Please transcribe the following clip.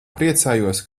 priecājos